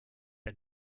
ein